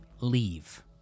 leave